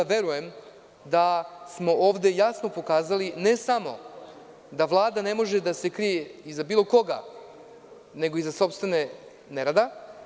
Verujem da smo ovde jasno pokazali, ne samo da Vlada ne može da se krije iza bilo koga, nego iza sopstvenog nerada.